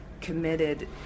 committed